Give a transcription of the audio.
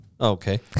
Okay